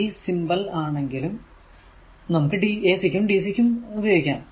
ഈ സിംബൽ ആണെങ്കിലും നമുക്ക് ac ക്കും dc ക്കും ഉപയോഗിക്കാം